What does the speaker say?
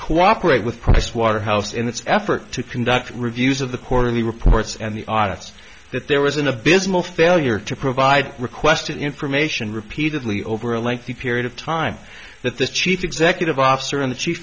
cooperate with pricewaterhouse in its effort to conduct reviews of the quarterly reports and the audits that there was an abysmal failure to provide requested information repeatedly over a lengthy period of time that the chief executive officer in the chief